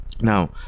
Now